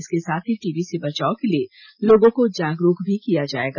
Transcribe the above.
इसके साथ ही टीबी से बचाव के लिए लोगों को जागरूक भी किया जाएगा